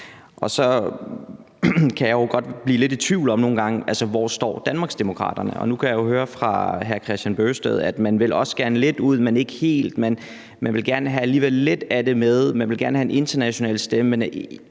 Og så kan jeg jo nogle gange godt blive lidt i tvivl om, hvor Danmarksdemokraterne står. Nu kan jeg jo høre fra hr. Kristian Bøgsted, at man også gerne lidt vil ud, men ikke helt. Man vil alligevel gerne have lidt af det med; man vil gerne have en international stemme, men